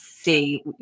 see